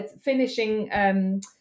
finishing